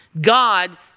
God